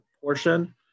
portion